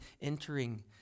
entering